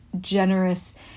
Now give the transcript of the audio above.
generous